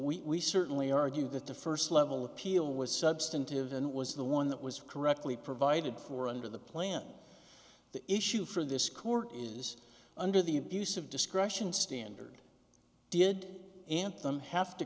we certainly argue that the first level appeal was substantive and it was the one that was correctly provided for under the plan the issue for this court is under the abuse of discretion standard did anthem ha